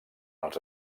els